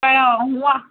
હું આ